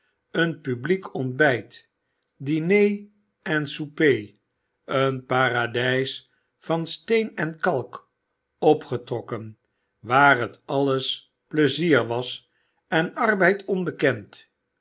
een publiek ontbijt diner en souper een paradijs van steen en kalk opgetrokken waar t alles pleiziér was en arbeid onbekend